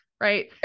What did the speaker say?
right